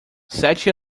sete